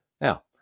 Now